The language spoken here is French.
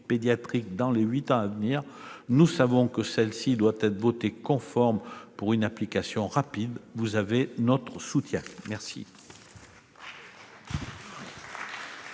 dans les huit ans à venir. Nous savons que celle-ci doit être votée conforme pour une application rapide. Vous avez notre soutien. La